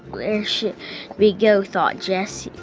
where should we go thought jesse.